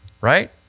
right